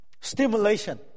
stimulation